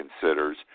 considers